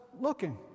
looking